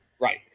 Right